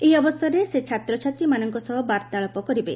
ଏହି ଅବସରରେ ସେ ଛାତ୍ରଛାତ୍ରୀମାନଙ୍କ ସହ ବାର୍ତ୍ତାଳାପ କରିବେ